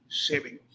saving